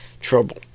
trouble